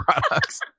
products